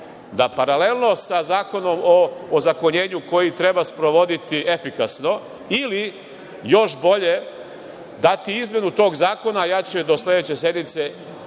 da paralelno sa Zakonom o ozakonjenju koji treba sprovoditi efikasno ili još bolje, dati izmenu tog zakona, a ja ću je do sledeće sednice